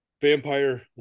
vampire